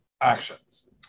actions